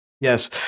Yes